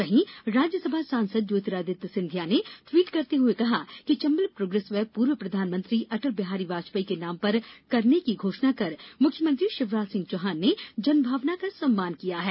वहीं राज्यसभा सांसद ज्योतिरादित्य सिंधिया ने ट्वीट करते हुए कहा कि चंबल प्रोग्रेस वे पूर्व प्रधानमंत्री अटल बिहारी वाजपेई के नाम पर करने की घोषणा कर मुख्यमंत्री शिवराज सिंह चौहान ने जनभावना का सम्मान किया है